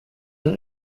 der